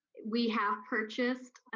we have purchased